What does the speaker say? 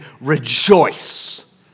rejoice